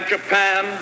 Japan